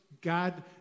God